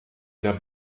der